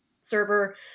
server